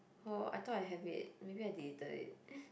oh I thought I have it maybe I deleted it